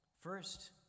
First